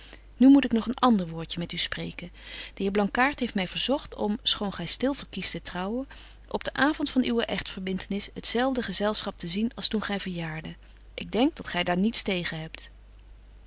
nu moet ik nog een ander woordje met u spreken de heer blankaart heeft my verzogt om schoon gy stil verkiest te trouwen op den avond van uwe echtverbintenis het zelfde gezelschap te zien als toen gy verjaarde ik denk dat gy daar niets tegen hebt